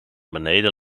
beneden